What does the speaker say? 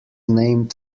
named